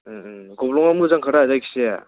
गब्लंआ मोजांखा दा जायखिजाया